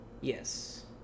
Yes